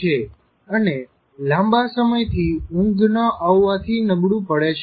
અને લાંબા સમયથી ઊંઘ ન આવવાથી નબળું પડે છે